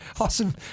awesome